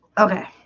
okay.